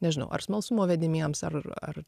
nežinau ar smalsumo vediniems ar ar